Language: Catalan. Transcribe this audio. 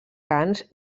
cants